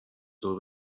دور